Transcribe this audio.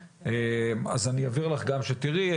אעביר לך גם שתראי,